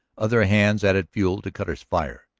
other hands added fuel to cutter's fire.